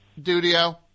Dudio